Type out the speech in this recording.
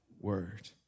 word